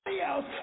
else